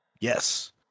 Yes